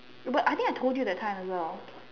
but I think told you that time as well